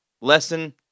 lesson